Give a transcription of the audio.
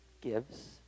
gives